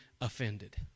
offended